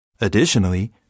Additionally